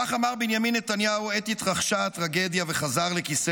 כך אמר בנימין נתניהו עת התרחשה הטרגדיה והוא חזר לכיסא